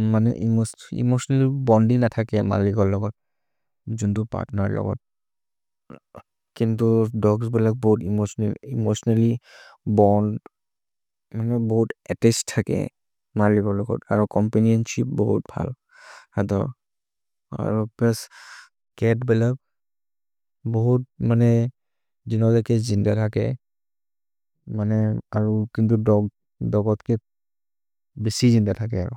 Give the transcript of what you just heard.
एमोतिओनल्ल्य् बोन्दि न थके अमे निजम्बलि को लगर्, छुन्दु पर्त्नेर् लगर्, केन्तु दोग्स् बेल भुकुद् एमोतिओनल्ल्य् बोन्द्, मने भुकुद् अत्तछेद् थके अमे निजम्बलि को लगर्, अरो चोम्पनिओन्शिप् भुकुद् भरो। हेतो, अरो पेसे चत् बेल भुकुद् मने जिनओ देके जिन्द थके, मने अरो केन्तु दोग् धोकोत् के बिसि जिन्द थके अरो।